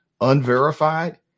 unverified